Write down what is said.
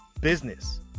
business